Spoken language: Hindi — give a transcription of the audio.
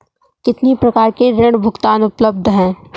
कितनी प्रकार के ऋण भुगतान उपलब्ध हैं?